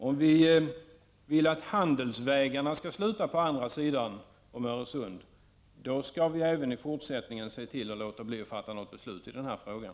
Om vi däremot vill att handelsvägarna skall sluta på andra sidan av Öresund, skall vi även i fortsättningen underlåta att fatta något beslut i den här frågan.